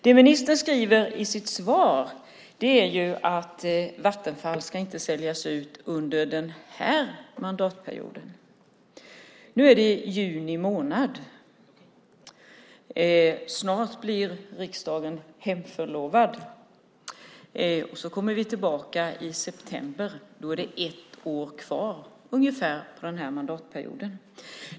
Det ministern säger i sitt svar är att Vattenfall inte ska säljas ut under den här mandatperioden. Nu är det juni månad. Snart blir riksdagen hemförlovad. Vi kommer tillbaka i september. Då är det ungefär ett år kvar på den här mandatperioden.